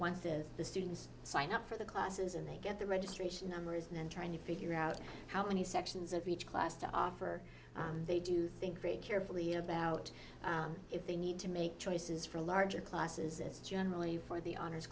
there's the students sign up for the classes and they get the registration numbers and then trying to figure out how many sections of each class to offer and they do think great carefully about if they need to make choices for larger classes it's generally for the honors